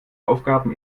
aufgaben